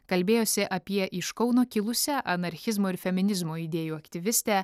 kalbėjosi apie iš kauno kilusią anarchizmo ir feminizmo idėjų aktyvistę